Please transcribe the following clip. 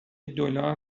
دلار